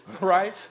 right